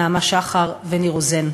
נעמה שחר וניר רוזן.